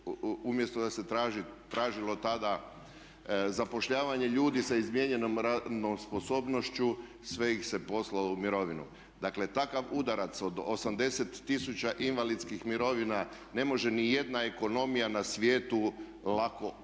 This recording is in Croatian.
umjesto da se tražilo tada zapošljavanje ljudi sa izmijenjenom radnom sposobnošću sve ih se poslalo u mirovinu. Dakle takav udarac od 80 tisuća invalidskih mirovina ne može niti jedna ekonomija na svijetu lako preživjeti.